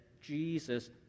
Jesus